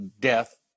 death